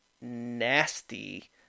Nasty